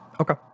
okay